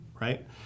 right